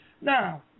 Now